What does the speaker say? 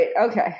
Okay